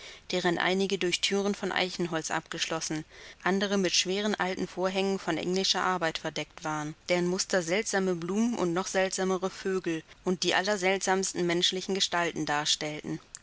deren einige durch thüren von eichenholz abgeschlossen andere mit schweren alten vorhängen von englischer arbeit verdeckt waren deren muster seltsame blumen und noch seltsamere vögel und die allerseltsamsten menschlichen gestalten darstellten